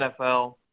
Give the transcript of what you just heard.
NFL